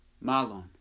Malon